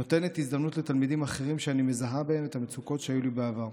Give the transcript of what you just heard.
נותנת הזדמנות לתלמידים אחרים שאני מזהה בהם את המצוקות שהיו לי בעבר.